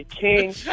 King